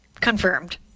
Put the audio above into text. Confirmed